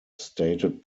stated